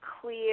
clear